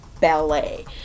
ballet